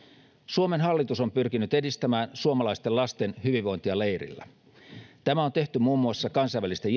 suomen hallitus on pyrkinyt edistämään suomalaisten lasten hyvinvointia leirillä tämä on tehty muun muassa kansainvälisten